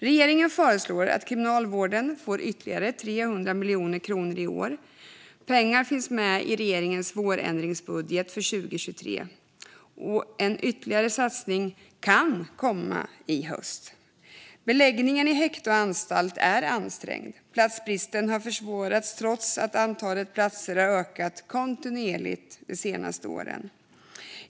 Regeringen föreslår att Kriminalvården ska få ytterligare 300 miljoner kronor i år. Pengarna finns med i regeringens vårändringsbudget för 2023. En ytterligare satsning kan komma i höst. Situationen när det gäller beläggningen i häkte och anstalt är ansträngd. Platsbristen har förvärrats trots att antalet platser har ökat kontinuerligt de senaste åren.